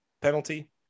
penalty